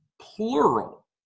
plural